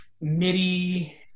MIDI